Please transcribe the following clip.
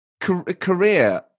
career